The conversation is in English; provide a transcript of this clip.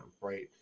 right